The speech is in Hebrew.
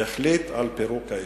והחליט על פירוק האיחוד.